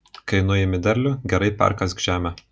kai nuimi derlių gerai perkask žemę